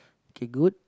okay good